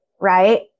right